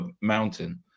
mountain